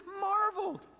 marveled